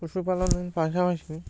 পশুপালনের পাশাপাশি